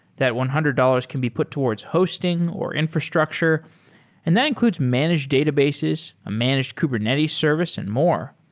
that one hundred dollars can be put towards hosting, or infrastructure and that includes managed databases, a managed kubernetes service and more.